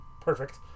perfect